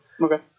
Okay